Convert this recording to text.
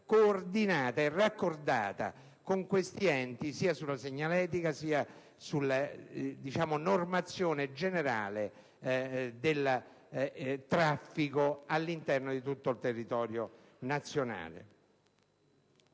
coordinata e raccordata con questi enti sia sulla segnaletica, sia sulla normazione generale del traffico all'interno di tutto il territorio nazionale.